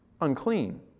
unclean